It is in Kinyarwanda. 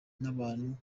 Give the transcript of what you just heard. n’abantu